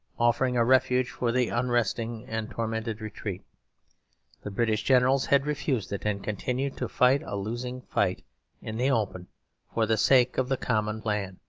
offering a refuge for the unresting and tormented retreat the british generals had refused it and continued to fight a losing fight in the open for the sake of the common plan.